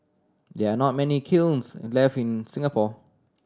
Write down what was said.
there are not many kilns left in Singapore